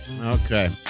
Okay